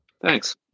Thanks